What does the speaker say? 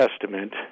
Testament